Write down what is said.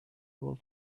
able